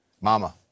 Mama